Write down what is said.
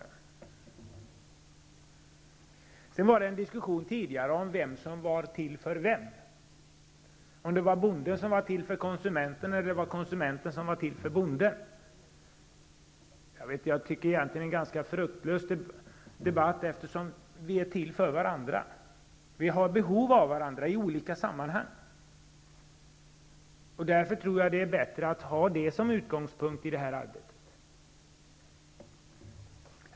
Det fördes tidigare en diskussion om vem som är till för vem -- om bonden är till för konsumenten eller om konsumenten är till för bonden. Det är egentligen en ganska fruktlös debatt, eftersom vi är till för varandra. Vi har behov av varandra i olika sammanhang. Jag tror därför att det är bättre att ha det som utgångspunkt i det här arbetet.